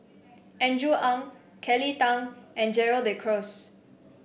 Andrew Ang Kelly Tang and Gerald De Cruz